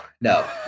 no